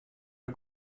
der